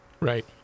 Right